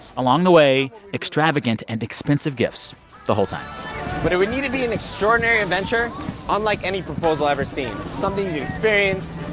along the way, extravagant and expensive gifts the whole time but it would need to be an extraordinary adventure unlike any proposal ever seen, something to experience,